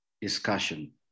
discussion